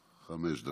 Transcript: דקות.